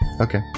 Okay